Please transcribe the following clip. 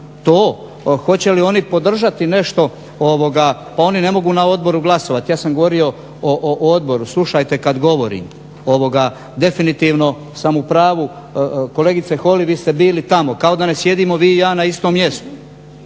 To hoće li oni podržati nešto, oni ne mogu na odboru glasovati. Ja sam govorio o odboru, slušajte kad govorim definitivno sam u pravu. Kolegice Holy vi ste bili tamo, kao da ne sjedimo vi i ja na istom mjestu.